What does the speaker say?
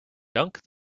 dunk